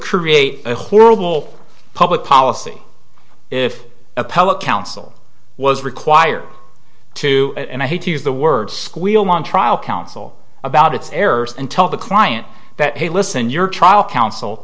create a horrible public policy if appellate counsel was required to and i hate to use the word squeal on trial counsel about its errors and tell the client that hey listen your trial counsel